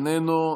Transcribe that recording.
איננו,